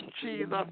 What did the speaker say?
Jesus